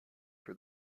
for